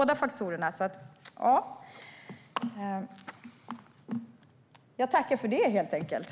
Det handlar om båda faktorerna.